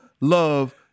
love